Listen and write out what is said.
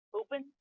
open